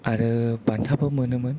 आरो बान्थाबो मोनोमोन